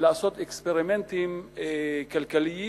לעשות אקספרימנטים כלכליים,